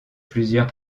plusieurs